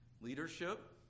leadership